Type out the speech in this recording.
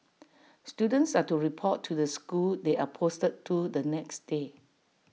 students are to report to the school they are posted to the next day